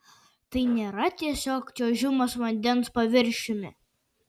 tai nėra tiesiog čiuožimas vandens paviršiumi